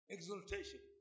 Exaltation